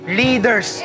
leaders